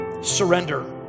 surrender